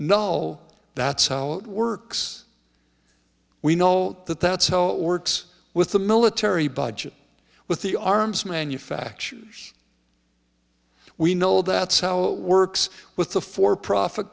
all that's how it works we know that that's how it works with the military budget with the arms manufacturers we know that's how it works with the for profit